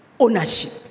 Ownership